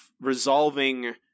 resolving